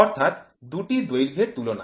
অর্থাৎ দুটি দৈর্ঘ্যের তুলনা